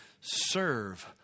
serve